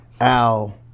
Al